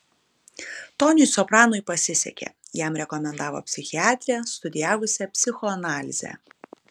toniui sopranui pasisekė jam rekomendavo psichiatrę studijavusią psichoanalizę